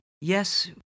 Yes